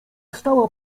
stała